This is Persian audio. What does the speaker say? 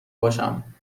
باشم